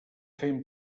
fem